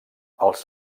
els